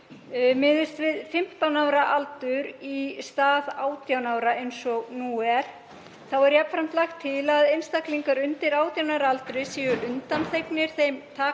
miðist við 15 ára aldur í stað 18 ára eins og nú er. Jafnframt er lagt til að einstaklingar undir 18 ára aldri séu undanþegnir þeim takmörkunum